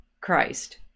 Christ